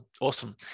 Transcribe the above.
awesome